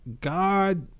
God